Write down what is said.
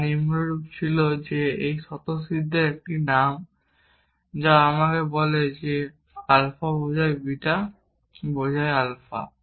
যা নিম্নরূপ ছিল এই স্বতঃসিদ্ধের একটি নাম তারপর একটি বলে আলফা বোঝায় বিটা বোঝায় আলফা